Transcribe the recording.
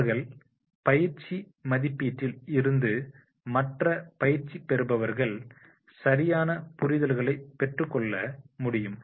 அவர்கள் பயிற்சி மதிப்பீட்டில் இருந்து மற்ற பயிற்சி பெறுபவர்கள் சரியான புரிதல்களை பெற்றுக்கொள்ள முடியும்